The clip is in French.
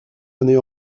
années